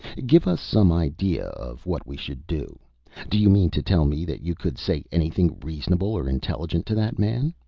give us some idea of what we should do do you mean to tell me that you could say anything reasonable or intelligent to that man?